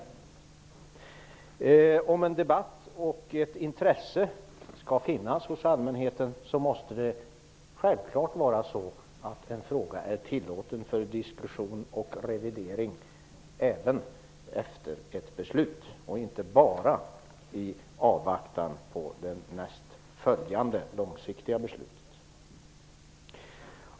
För att en debatt och ett intresse skall kunna hållas vid liv hos allmänheten måste en fråga självfallet vara tillgänglig för diskussion och revidering även efter ett beslut, inte bara i avvaktan på nästkommande långsiktiga beslut.